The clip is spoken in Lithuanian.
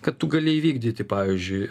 kad tu gali įvykdyti pavyzdžiui